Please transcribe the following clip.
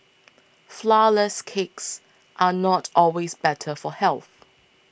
Flourless Cakes are not always better for health